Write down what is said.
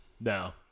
No